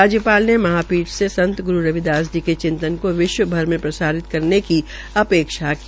राज्यपाल ने संत ग्रू रविदास जी के चिंतन को विश्व भर में प्रसारित करने की अपेक्षा भी की